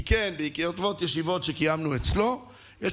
כי בעקבות ישיבות שקיימנו אצלו יש